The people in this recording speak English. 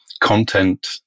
content